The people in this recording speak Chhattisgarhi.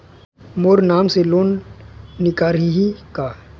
मोर नाम से लोन निकारिही का?